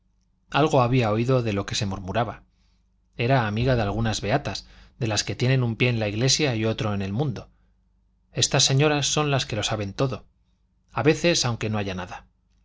algo había oído de lo que se murmuraba era amiga de algunas beatas de las que tienen un pie en la iglesia y otro en el mundo estas señoras son las que lo saben todo a veces aunque no haya nada